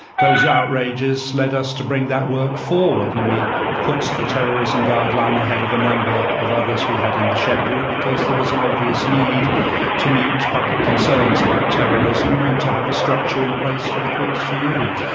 those outrages lead us to bring that work forward, and we put the terrorism guideline ahead of a number of others we had in the schedule because there was an obvious need to meet public concerns about terrorism and to have a structure in place for the courts to use.